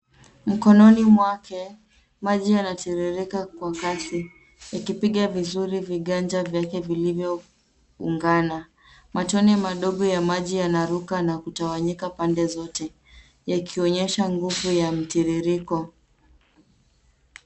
Mkononi mwake maji yanatiririka kwa kasi ikipiga vizuri viganja vyake vilivyoungana. Matone madogo ya maji yanaruka na kutawanyika pande zote yakionyesha nguvu ya mtiririko.